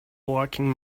blocking